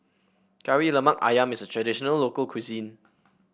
Kari Lemak ayam is a traditional local cuisine